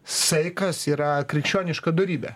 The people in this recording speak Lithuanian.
saikas yra krikščioniška dorybė